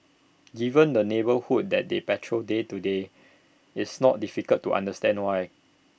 given the neighbourhood that they patrol day to day it's not difficult to understand why